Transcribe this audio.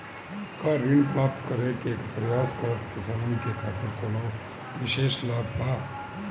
का ऋण प्राप्त करे के प्रयास करत किसानन के खातिर कोनो विशेष लाभ बा